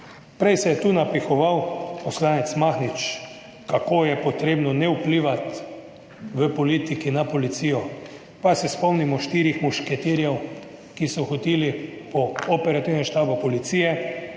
Prej se je tu napihoval poslanec Mahnič, kako je potrebno ne vplivati v politiki na policijo. Pa se spomnimo štirih mušketirjev, ki so hodili po operativnem štabu policije.